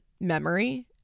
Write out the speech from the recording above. memory